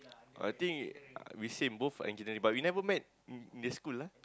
I think we same both engineering but we never met in in the school ah